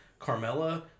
Carmella